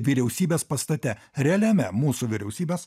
vyriausybės pastate realiame mūsų vyriausybės